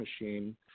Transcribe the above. Machine